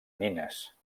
nines